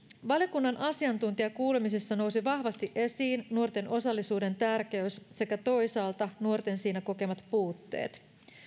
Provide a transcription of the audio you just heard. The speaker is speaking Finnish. valiokunnan asiantuntijakuulemisissa nousi vahvasti esiin nuorten osallisuuden tärkeys sekä toisaalta nuorten siinä kokemat puutteet